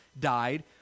died